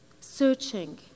searching